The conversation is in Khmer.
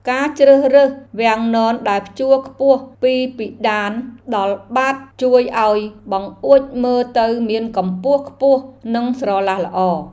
ការជ្រើសរើសវាំងននដែលព្យួរខ្ពស់ពីពិដានដល់បាតជួយឱ្យបង្អួចមើលទៅមានកម្ពស់ខ្ពស់និងស្រឡះល្អ។